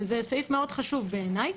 וזה סעיף מאוד חשוב בעיני,